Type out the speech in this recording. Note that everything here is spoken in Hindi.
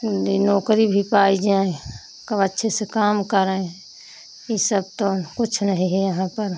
दि नौकरी भी पाइजें कब अच्छे से काम करें इस सब तो कुछ नहीं है यहाँ पर